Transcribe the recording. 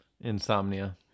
insomnia